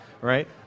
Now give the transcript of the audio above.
right